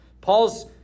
paul's